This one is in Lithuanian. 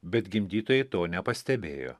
bet gimdytojai to nepastebėjo